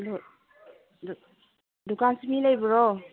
ꯗꯨꯀꯥꯟꯁꯤ ꯃꯤ ꯂꯩꯕ꯭ꯔꯣ